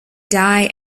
die